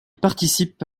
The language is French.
participe